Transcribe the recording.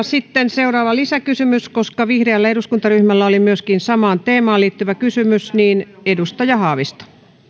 sitten seuraava lisäkysymys koska myöskin vihreällä eduskuntaryhmällä oli samaan teemaan liittyvä kysymys niin edustaja haavisto